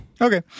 Okay